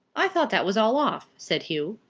i thought that was all off, said hugh.